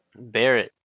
Barrett